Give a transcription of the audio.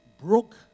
broke